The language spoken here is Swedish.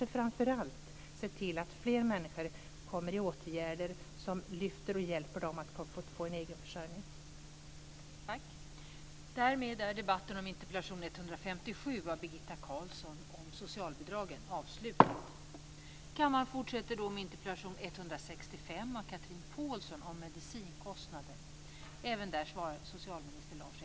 Men framför allt måste vi se till att fler människor kommer i åtgärder som lyfter och hjälper dem att få en egen försörjning.